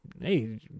hey